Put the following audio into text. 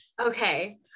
Okay